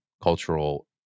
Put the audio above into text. cultural